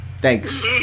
Thanks